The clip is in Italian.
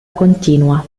continua